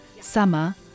summer